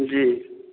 जी